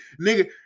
Nigga